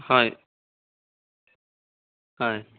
হয় হয়